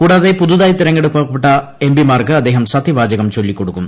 കൂടാതെ പുതുതായി തെരഞ്ഞെടുക്കപ്പെട്ട എം പിമാർക്ക് അദ്ദേഹം സത്യവാചകം ചൊല്ലിക്കൊടുക്കും